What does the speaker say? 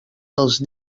dels